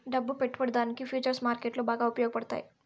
డబ్బు పెట్టుబడిదారునికి ఫుచర్స్ మార్కెట్లో బాగా ఉపయోగపడతాయి